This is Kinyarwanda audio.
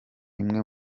imwe